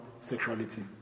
sexuality